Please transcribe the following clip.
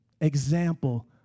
example